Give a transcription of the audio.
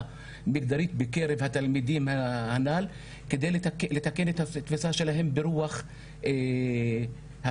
מגדרית בקרב התלמידים כדי לתקן את התפיסה שלהם ברוח המאה,